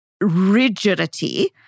rigidity